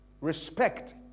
Respect